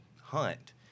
hunt